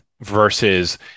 versus